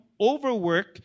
overwork